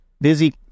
busy